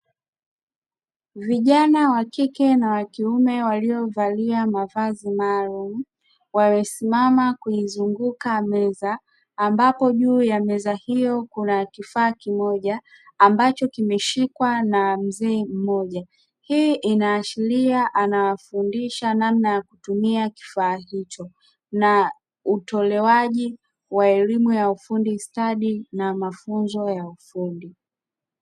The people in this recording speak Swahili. Vijana wa kike na wa kiume waliovalia mavazi maalumu wamesimama kuizunguka meza ambako juu ya meza hiyo kuna kifaa kimoja ambacho kimeshikwa na mzee mmoja. Hii inaashiria anawafundisha namna ya kutumia kifaa hicho na utolewaji wa elimu ya ufundi stadi na mafunzo ya ufundi.